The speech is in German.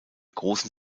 großen